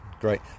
great